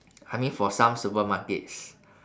I mean for some supermarkets